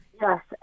yes